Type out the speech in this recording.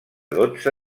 dotze